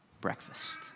breakfast